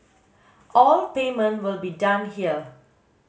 all payment will be done here